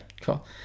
Cool